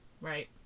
Right